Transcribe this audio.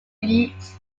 beach